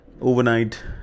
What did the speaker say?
Overnight